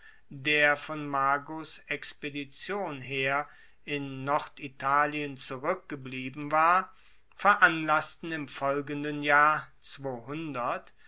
der von magos expedition her in norditalien zurueckgeblieben war veranlassten im folgenden jahr